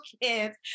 kids